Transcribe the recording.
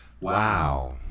Wow